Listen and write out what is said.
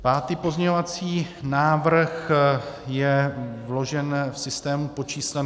Pátý pozměňovací návrh je vložen v systému pod číslem 3781.